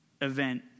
event